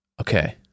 okay